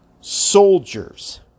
soldiers